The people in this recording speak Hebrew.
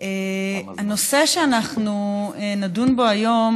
הנושא שאנחנו נדון בו היום,